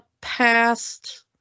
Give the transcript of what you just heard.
past